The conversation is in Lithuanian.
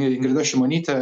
ingrida šimonytė